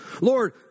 Lord